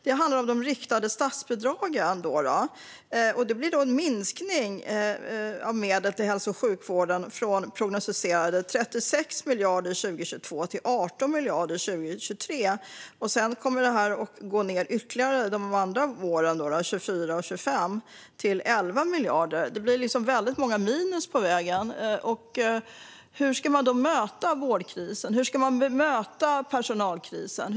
Det handlar om de riktade statsbidragen, där det blir en minskning av medel till hälso och sjukvården från prognostiserade 36 miljarder 2022 till 18 miljarder 2023. Sedan kommer det att gå ned ytterligare kommande år, 2024 och 2025, till 11 miljarder. Det blir väldigt många minus på vägen. Hur ska man då möta vårdkrisen? Hur ska man möta personalkrisen?